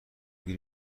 گیر